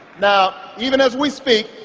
now, even as we speak,